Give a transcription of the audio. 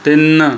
ਤਿੰਨ